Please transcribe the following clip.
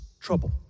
trouble